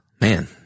Man